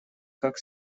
как